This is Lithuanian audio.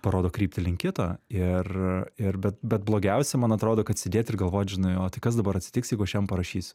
parodo kryptį link kito ir ir bet blogiausia man atrodo kad sėdėt ir galvot žinai o tai kas dabar atsitiks jeigu aš jam parašysiu